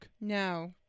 No